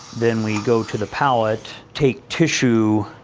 then we go to the palate, take tissue,